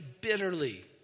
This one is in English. bitterly